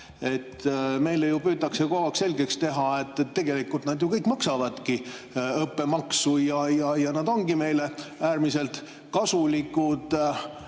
Meile ju püütakse kogu aeg selgeks teha, et tegelikult nad ju kõik maksavadki õppemaksu ja nad ongi meile äärmiselt kasulikud.